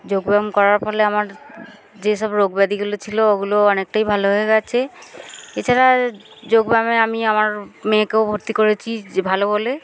যোগব্যায়াম করার ফলে আমার যেসব রোগব্যাধিগুলো ছিলো ওগুলো অনেকটাই ভালো হয়ে গেছে এছাড়া যোগব্যায়ামে আমি আমার মেয়েকেও ভর্তি করেছি যে ভালো বলে